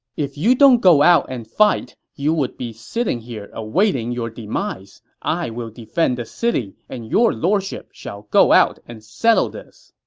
if you don't go out and fight, you would be sitting here awaiting your demise. i will defend the city, and your lordship shall go out and settle this.